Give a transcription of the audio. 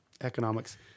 economics